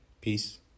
Peace